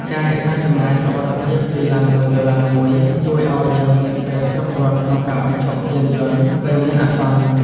ការរក្សាចម្ងាយសុវត្ថិភាពពីឡានមួយទៅឡានមួយជួយឱ្យយើងមានពេលគ្រប់គ្រាន់ក្នុងការបញ្ឈប់យានយន្តពេលមានអាសន្ន។